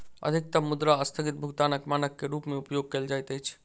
अधिकतम मुद्रा अस्थगित भुगतानक मानक के रूप में उपयोग कयल जाइत अछि